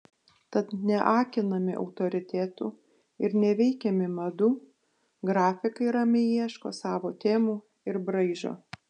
tad neakinami autoritetų ir neveikiami madų grafikai ramiai ieško savo temų ir braižo